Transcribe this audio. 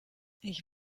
ich